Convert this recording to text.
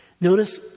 notice